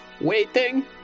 Waiting